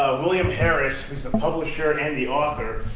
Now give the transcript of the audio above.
william harris, who's the publisher and and the author,